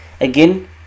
again